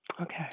Okay